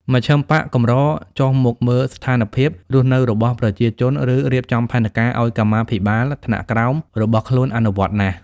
មជ្ឈិមបក្សកម្រចុះមកមើលស្ថានភាព រស់នៅរបស់ប្រជាជន ឬរៀបចំផែនការឱ្យកម្មាភិបាលថ្នាក់ក្រោមរបស់ខ្លួនអនុវត្តណាស់។